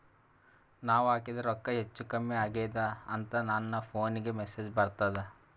ನಾವ ಹಾಕಿದ ರೊಕ್ಕ ಹೆಚ್ಚು, ಕಮ್ಮಿ ಆಗೆದ ಅಂತ ನನ ಫೋನಿಗ ಮೆಸೇಜ್ ಬರ್ತದ?